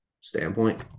standpoint